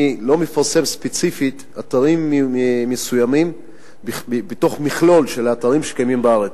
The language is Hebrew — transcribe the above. אני לא מפרסם ספציפית אתרים מסוימים מתוך מכלול של אתרים שקיימים בארץ.